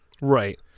Right